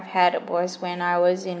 had was when I was in